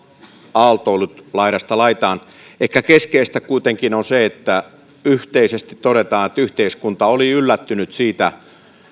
aaltoillut laidasta laitaan ehkä keskeistä kuitenkin on se että yhteisesti todetaan että yhteiskunta oli yllättynyt siitä